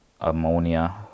Ammonia